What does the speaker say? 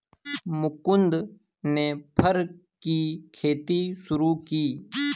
मुकुन्द ने फर की खेती शुरू की